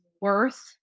worth